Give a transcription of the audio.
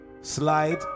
Slide